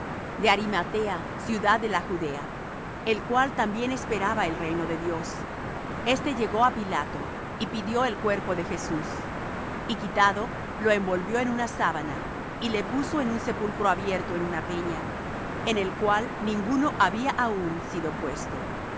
de arimatea ciudad de la judea el cual también esperaba el reino de dios este llegó á pilato y pidió el cuerpo de jesús y quitado lo envolvió en una sábana y le puso en un sepulcro abierto en una peña en el cual ninguno había aún sido puesto